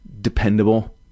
dependable